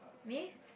me